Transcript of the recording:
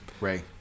Ray